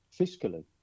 fiscally